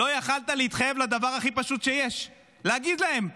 לא יכולת להתחייב לדבר הכי פשוט שיש, להגיד להם: